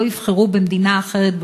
לא יבחרו במדינה אחרת,